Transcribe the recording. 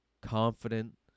confident